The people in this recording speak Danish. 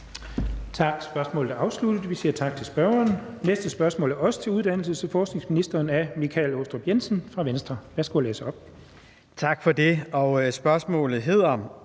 Tak for det. Spørgsmålet lyder: